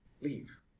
Leave